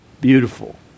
Beautiful